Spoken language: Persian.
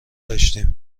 داشتیم